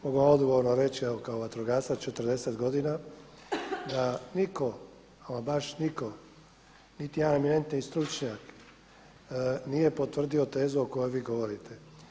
Mogu vam odgovorno reći evo kao vatrogasac 40 godina da nitko, ama baš nitko, niti jedan emanentniji stručnjak nije potvrdio tezu o kojoj vi govorite.